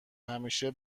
همیشه